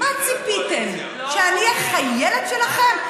מה ציפיתם, שאני אהיה חיילת שלכם?